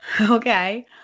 Okay